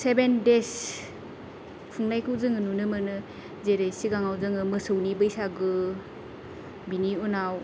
seven days खुंनायखौ जोङो नुनो मोनो जेरै सिगाङाव जोङो मोसौनि बैसागु बिनि उनाव